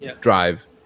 drive